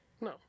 No